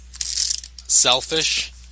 Selfish